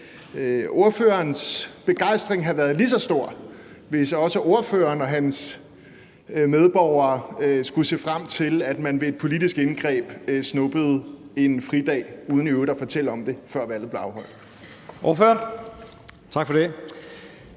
ordførerens begejstring have været lige så stor, hvis også ordføreren og hans medborgere skulle se frem til, at man ved et politisk indgreb snuppede en fridag uden i øvrigt at fortælle om det, før valget blev